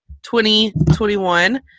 2021